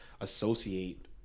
associate